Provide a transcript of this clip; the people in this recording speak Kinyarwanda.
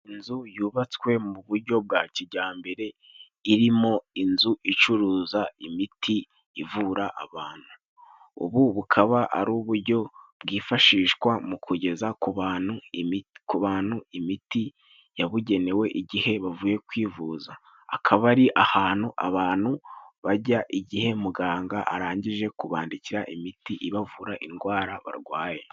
Inzu yubatswe mu bujyo bwa kijyambere, irimo inzu icuruza imiti ivura abantu. Ubu bukaba ari uburyo bwifashishwa mu kugeza ku bantu imiti yabugenewe, igihe bavuye kwivuza. Akaba ari ahantu abantu bajya igihe muganga arangije kubandikira imiti ibavura indwara barwaye.